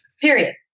period